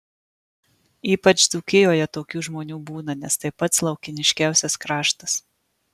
ypač dzūkijoje tokių žmonių būna nes tai pats laukiniškiausias kraštas